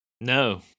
No